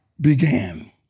began